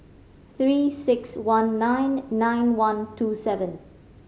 Three Six One nine nine one two seven